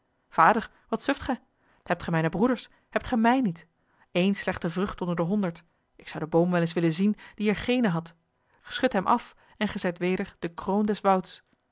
vader wat suft gij hebt ge mijne broeders hebt gij mij niet eéne slechte vrucht onder de honderd ik zou den boom wel eens willen zien die er geene had schud hem af en ge zijt weder de kroone des wouds